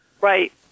Right